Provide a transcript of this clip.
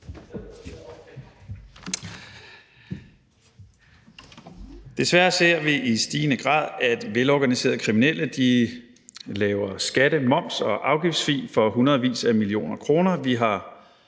Desværre ser vi i stigende grad, at velorganiserede kriminelle laver skatte-, moms- og afgiftssvig for hundredvis af millioner kroner.